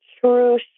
true